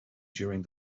during